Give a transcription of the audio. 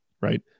right